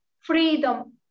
freedom